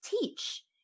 teach